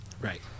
right